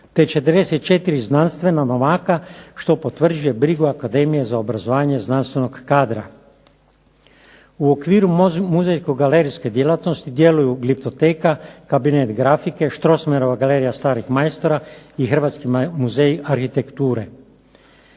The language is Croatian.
te 44 znanstvena novaka što potvrđuje brigu akademije za obrazovanje znanstvenog kadra. U okviru muzejsko-galerijske djelatnosti djeluju glitoteka, kabinet grafike, Strossmayerova galerija starih majstora i Hrvatski muzej arhitekture.